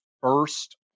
first